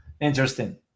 interesting